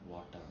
water